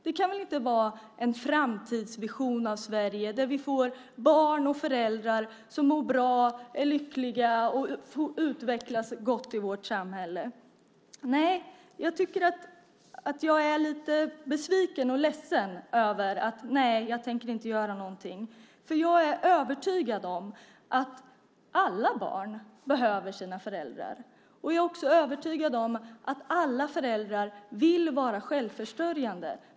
Det kan väl inte vara en framtidsvision om ett Sverige med barn och föräldrar som mår bra, är lyckliga och utvecklas gott i vårt samhälle? Nej, jag är lite besviken och ledsen över svaret: Nej, jag kan inte göra någonting. Jag är nämligen övertygad om att alla barn behöver sina föräldrar. Jag är också övertygad om att alla föräldrar vill vara självförsörjande.